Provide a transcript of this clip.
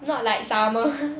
not like summer